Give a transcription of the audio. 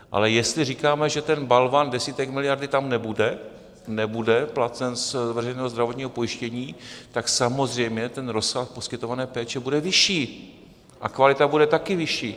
Ale jestli říkáme, že ten balvan desítek miliard tam nebude placen z veřejného zdravotního pojištění, tak samozřejmě ten rozsah poskytované péče bude vyšší a kvalita bude taky vyšší.